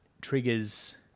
triggers